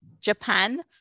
Japan